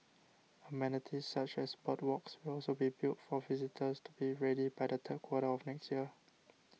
amenities such as boardwalks will also be built for visitors to be ready by the third quarter of next year